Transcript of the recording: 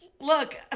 Look